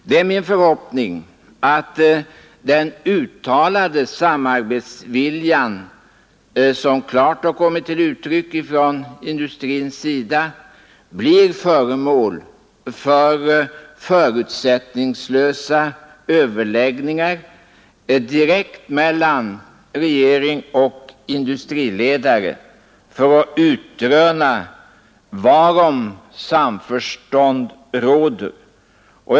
Det är min förhoppning att den samarbetsvilja som klart har kommit till uttryck från industrins sida blir föremål för förutsättningslösa överläggningar direkt mellan regering och industriledare för att utröna varom samförstånd råder.